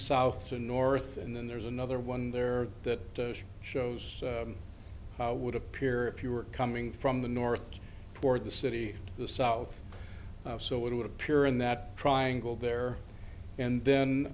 south to north and then there's another one there that shows how would appear if you were coming from the north toward the city the south so it would appear in that triangle there and then